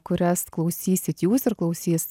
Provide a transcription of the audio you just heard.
kurias klausysit jūs ir klausys